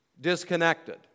disconnected